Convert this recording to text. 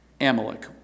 Amalek